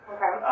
Okay